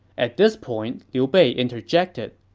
at this point, liu bei interjected.